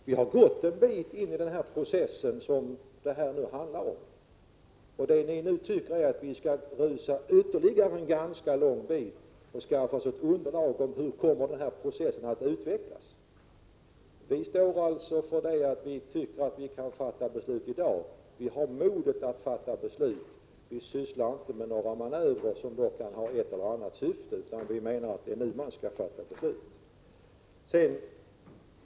Vi har kommit en bit in i den process som det här rör sig om. Ni tycker att vi skall rusa ytterligare en ganska lång bit och skaffa oss ett underlag för att se hur processen kommer att utvecklas. Vi för vår del anser att det går att fatta beslut i dag. Vi har modet att fatta beslut och sysslar inte med några manövrer med ett eller annat syfte. Enligt vår mening är det nu som man bör fatta beslut.